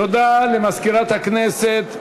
תודה למזכירת הכנסת.